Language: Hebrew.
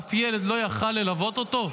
אף ילד לא יכול היה ללוות אותו?